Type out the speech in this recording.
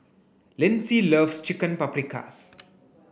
Lyndsey loves Chicken Paprikas